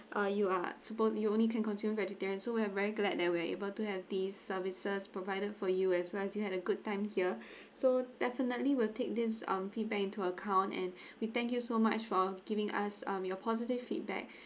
uh you are suppo~ you only can consider vegetarian so we're very glad that we're able to have these services provided for you as well as you had a good time here so definitely will take this um feedback into account and we thank you so much for giving us um your positive feedback